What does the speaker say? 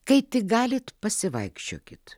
kai tik galit pasivaikščiokit